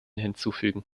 hinzufügen